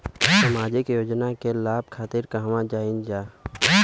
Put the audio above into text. सामाजिक योजना के लाभ खातिर कहवा जाई जा?